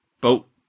boat